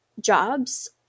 jobs